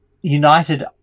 united